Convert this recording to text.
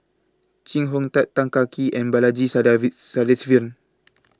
Chee Hong Tat Tan Kah Kee and Balaji Sadasivan